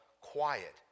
quiet